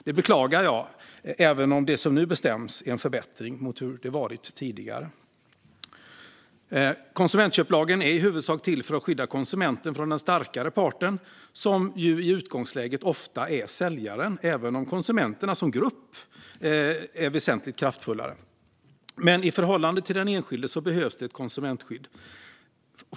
Det beklagar jag, även om det som nu bestäms är en förbättring mot hur det varit tidigare. Konsumentköplagen är i huvudsak till för att skydda konsumenten från den starkare parten som i utgångsläget ofta är säljaren, även om konsumenterna som grupp är väsentligt kraftfullare. Men i förhållande till den enskilde behövs det ett konsumentskydd.